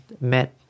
MET